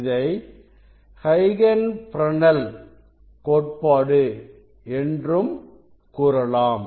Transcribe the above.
இதை ஐகன் ஃப்ரனெல் கோட்பாடு என்றும் கூறலாம்